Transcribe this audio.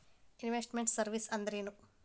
Invest made services ಅಂದ್ರೇನು?